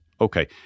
okay